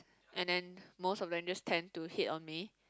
and then most of them just tend to hit on me